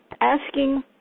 Asking